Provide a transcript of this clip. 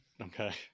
Okay